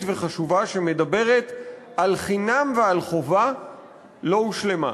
וחקיקה שמדברת על חינם ועל חובה לא הושלמה.